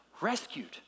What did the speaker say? rescued